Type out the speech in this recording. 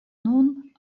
nun